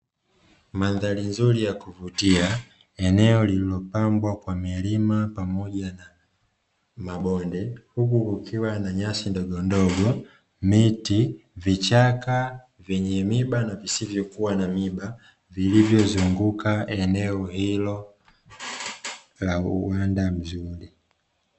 Mandahri nzuri ya kuvutia, eneo lililopambwa kwa milima pamoja na mabonde huku kukiwa na nyasi ndogo ndogo, miti, vichaka vyenye miiba na visivyokuwa na miiba, vilivyozunguka eneo hilo la uwanda mzuri.